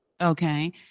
Okay